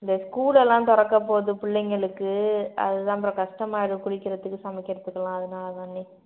இந்த ஸ்கூலலாம் திறக்கப்போவுது பி பிள்ளைங்களுக்கு அதுதான் அப்புறம் கஷ்டமாகிரும் குளிக்கிறதுக்கு சமைக்கிறதுக்குலாம் அதனால தாண்ணே